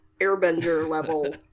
Airbender-level